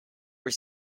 were